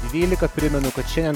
dvylika primenu kad šiandien